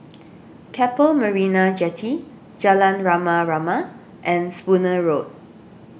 Keppel Marina Jetty Jalan Rama Rama and Spooner Road